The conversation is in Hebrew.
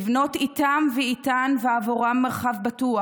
לבנות איתם ואיתן ועבורם מרחב בטוח,